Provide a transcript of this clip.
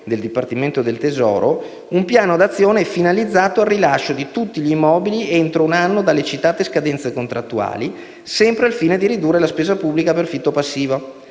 del dipartimento del Tesoro, un piano d'azione finalizzato al rilascio di tutti gli immobili entro un anno dalle citate scadenze contrattuali, sempre al fine di ridurre la spesa pubblica per fitto passivo.